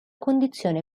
condizione